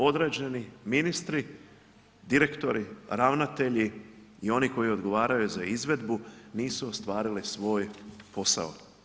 Određeni ministri, direktori, ravnatelji i oni koji odgovaraju za izvedbu nisu ostvarili svoj posao.